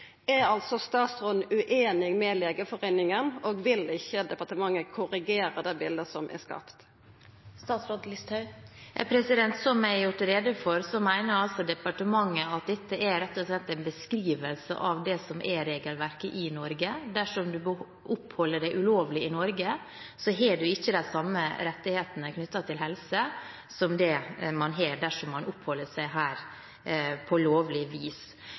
Er statsråden ueinig med Legeforeininga? Og vil ikkje departementet korrigera det bildet som er skapt? Som jeg har gjort rede for, mener departementet at dette rett og slett er en beskrivelse av det som er regelverket i Norge. Dersom man oppholder seg ulovlig i Norge, har man ikke de samme rettighetene knyttet til helse som det man har dersom man oppholder seg her på lovlig vis.